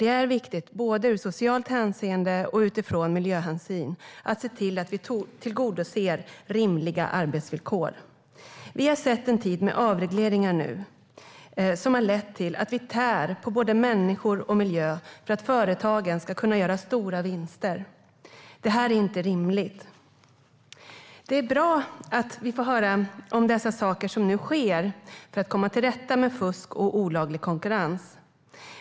Det är viktigt både ur socialt hänseende och utifrån miljöhänsyn att tillgodose rimliga arbetsvillkor. En tid med avregleringar har lett till att vi tär på både människor och miljö för att företagen ska kunna göra stora vinster. Det är inte rimligt. Det är bra att vi får höra om de saker som nu sker för att komma till rätta med fusk och olaglig konkurrens.